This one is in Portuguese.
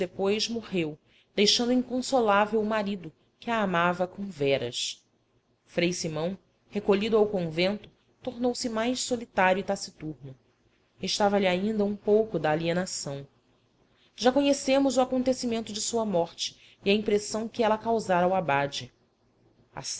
depois morreu deixando inconsolável o marido que a amava com veras frei simão recolhido ao convento tornou-se mais solitário e taciturno restava-lhe ainda um pouco da alienação já conhecemos o acontecimento de sua morte e a impressão que ela causara ao abade